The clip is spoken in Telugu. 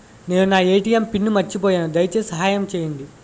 నేను నా ఎ.టి.ఎం పిన్ను మర్చిపోయాను, దయచేసి సహాయం చేయండి